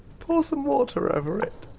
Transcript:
pour some water over it.